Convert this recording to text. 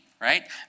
right